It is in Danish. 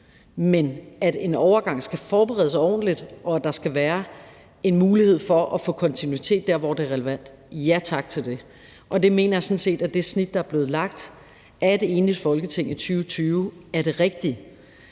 Men at en overgang skal forberedes ordentligt, og at der skal være en mulighed for at få kontinuitet der, hvor det er relevant: Ja tak til det. Jeg mener sådan set, at det snit, der er blevet lagt af et enigt Folketing i 2020, er det rigtige.